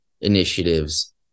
initiatives